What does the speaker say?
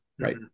right